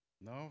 no